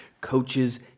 coaches